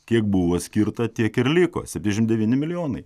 kiek buvo skirta tiek ir liko septyniasdešimt devyni milijonai